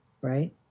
right